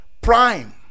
prime